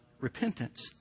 repentance